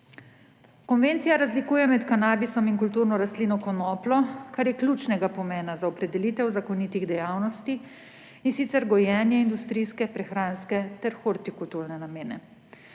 Konvencija razlikuje med kanabisom in kulturno rastlino konopljo, kar je ključnega pomena za opredelitev zakonitih dejavnosti, in sicer gojenje v industrijske, prehranske ter hortikulturne namene.